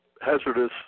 hazardous